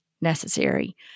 necessary